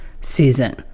season